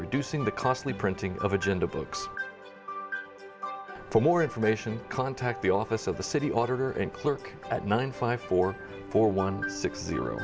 reducing the costly printing of agenda books for more information contact the office of the city auditor and clerk at nine five four four one six zero